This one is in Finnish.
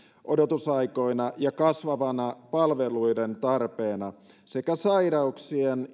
odotusaikoina ja kasvavana palveluiden tarpeena sekä sairauksien